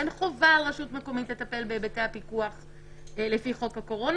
אין חובה על רשות מקומית לטפל בהיבטי הפיקוח לפי חוק הקורונה.